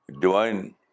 divine